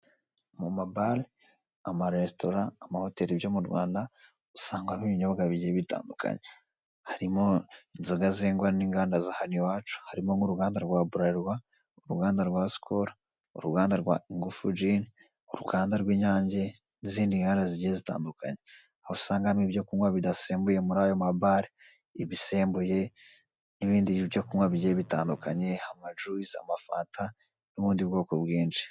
Mu ma bari, amaresitora, amahoteri byo mu Rwanda usangamo ibinyobwa bigiye bitandukanye, harimo inzoga zengwa n'inganda z'ahano iwacu, harimo nk'uruganda rwa burarirwa, uruganda rwa sikoro, uruganda rwa ingufu jini, uruganda rw'inyange, n'izindi nganda zigiye zitandukanye, aho usanga mo ibyo kunywa bidasembye muri ayo ma bari, ibisembuye, n'ibindi byo kunywa bigiye bitandukanye, ama juyisi, amafanta, n'ubundi bwoko bwinshi.